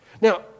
Now